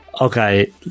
Okay